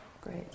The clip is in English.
Great